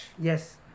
Yes